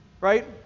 Right